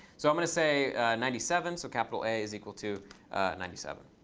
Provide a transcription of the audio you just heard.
so i'm going to say ninety seven. so capital a is equal to ninety seven.